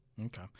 Okay